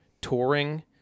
touring